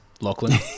Lachlan